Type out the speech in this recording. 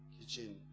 Kitchen